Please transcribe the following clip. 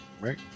right